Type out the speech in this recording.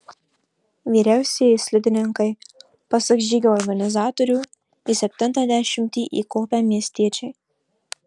vyriausieji slidininkai pasak žygio organizatorių į septintą dešimtį įkopę miestiečiai